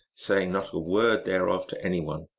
say ing not a word thereof to any one,